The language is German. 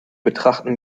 betrachten